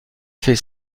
fait